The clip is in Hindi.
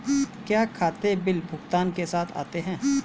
क्या खाते बिल भुगतान के साथ आते हैं?